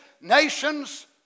nations